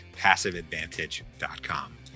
PassiveAdvantage.com